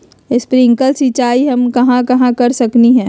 Sprinkle सिंचाई हम कहाँ कहाँ कर सकली ह?